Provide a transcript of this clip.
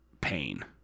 pain